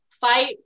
fight